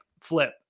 flip